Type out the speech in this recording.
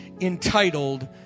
entitled